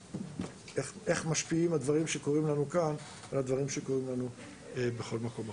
איך משפיעים הדברים שקורים לנו כאן על הדברים שקורים לנו בכל מקום אחר.